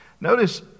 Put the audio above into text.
notice